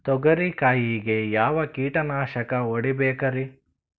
ತೊಗರಿ ಕಾಯಿಗೆ ಯಾವ ಕೀಟನಾಶಕ ಹೊಡಿಬೇಕರಿ?